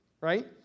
right